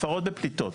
הפרות בפליטות,